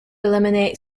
eliminate